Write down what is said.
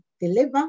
deliver